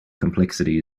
complexity